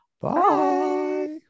bye